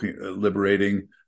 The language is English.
liberating